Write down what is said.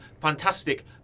fantastic